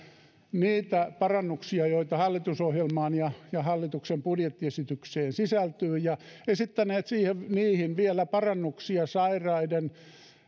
niitä parannuksia joita hallitusohjelmaan ja ja hallituksen budjettiesitykseen sisältyy ja esittäneet niihin vielä parannuksia sairaiden